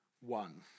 one